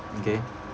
okay